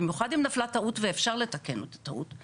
במיוחד אם נפלה טעות ואפשר לתקן את הטעות,